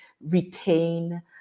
retain